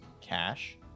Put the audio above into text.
Cash